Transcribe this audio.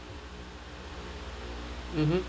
mmhmm